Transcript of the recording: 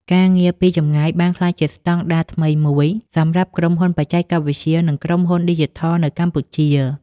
ការងារពីចម្ងាយបានក្លាយជាស្តង់ដារថ្មីមួយសម្រាប់ក្រុមហ៊ុនបច្ចេកវិទ្យា និងក្រុមហ៊ុនឌីជីថលនៅកម្ពុជា។